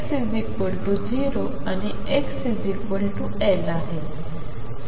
आहेत तर हे x 0 आणि x L आहे